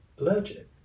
allergic